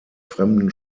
fremden